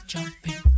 Jumping